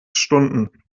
stunden